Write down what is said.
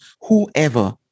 whoever